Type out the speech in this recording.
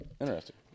Interesting